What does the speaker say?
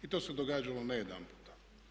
I to se događalo ne jedanput.